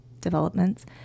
developments